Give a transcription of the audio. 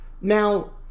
Now